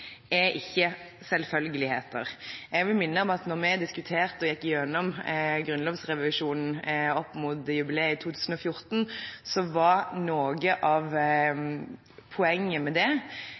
er ikke selvfølgeligheter. Jeg vil minne om at da vi diskuterte og gikk gjennom grunnlovsrevisjonen opp mot jubileet i 2014, var noe av poenget